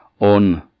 on